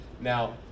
now